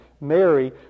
Mary